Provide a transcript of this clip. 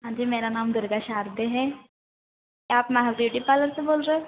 हां जी मेरा नाम दुर्गा शारदे है आप महक ब्यूटी पार्लर से बोल रहे